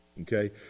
okay